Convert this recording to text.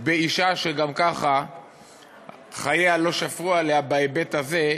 באישה שגם ככה חייה לא שפרו עליה בהיבט הזה,